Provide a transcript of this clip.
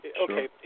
Okay